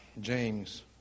James